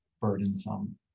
burdensome